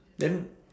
then